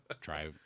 try